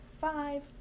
five